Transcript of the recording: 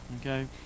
Okay